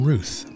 Ruth